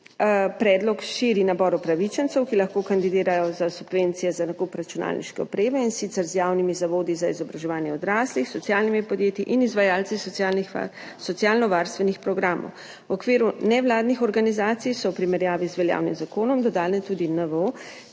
Predlog širi nabor upravičencev, ki lahko kandidirajo za subvencije za nakup računalniške opreme, in sicer z javnimi zavodi za izobraževanje odraslih, socialnimi podjetji in izvajalci socialno varstvenih programov. V okviru nevladnih organizacij so v primerjavi z veljavnim zakonom dodane tudi NVO,